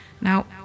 Now